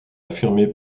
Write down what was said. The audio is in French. affirmé